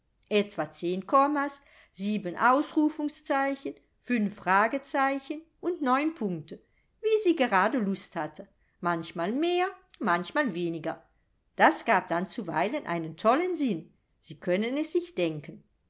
etwa zehn kommas sieben ausrufungszeichen fünf fragezeichen und neun punkte wie sie gerade lust hatte manchmal mehr manchmal weniger das gab dann zuweilen einen tollen sinn sie können es sich denken